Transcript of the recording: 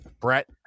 Brett